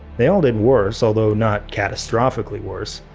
they all did worse although not catastrophically worse.